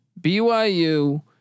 BYU